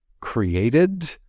created